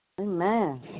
Amen